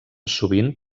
sovint